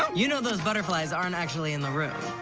you know those butterflies aren't actually in the room?